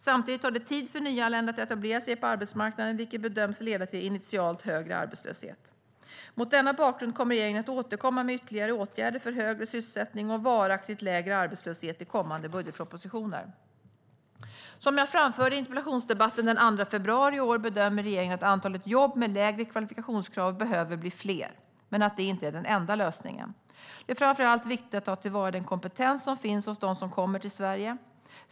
Samtidigt tar det tid för nyanlända att etablera sig på arbetsmarknaden, vilket bedöms leda till en initialt högre arbetslöshet. Mot denna bakgrund kommer regeringen att återkomma med ytterligare åtgärder för högre sysselsättning och varaktigt lägre arbetslöshet i kommande budgetpropositioner. Som jag framförde i en interpellationsdebatt den 2 februari i år bedömer regeringen att antalet jobb med lägre kvalifikationskrav behöver bli fler, men att det inte är den enda lösningen. Det är framför allt viktigt att ta till vara den kompetens som finns hos dem som kommer till Sverige.